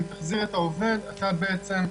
עם זה אתה עובד בעצם,